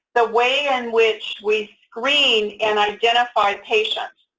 the way in which we screen and identify patients.